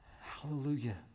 Hallelujah